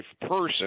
person